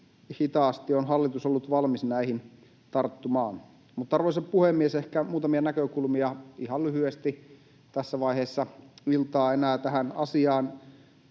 hitaasti on hallitus ollut valmis näihin tarttumaan. Arvoisa puhemies! Ehkä enää muutamia näkökulmia ihan lyhyesti tässä vaiheessa iltaa tähän asiaan.